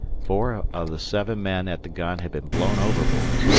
four of the seven men at the gun had been blown overboard,